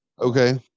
Okay